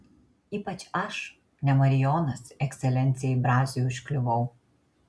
ypač aš ne marijonas ekscelencijai braziui užkliuvau